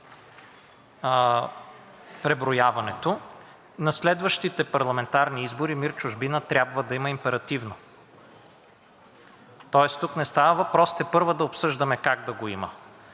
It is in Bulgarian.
преброяването, на следващите парламентарни избори МИР „Чужбина“ трябва да има императивно. Тоест тук не става въпрос тепърва да обсъждаме как да го има.